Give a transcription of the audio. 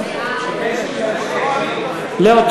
לסעיף 32 לא נתקבלה.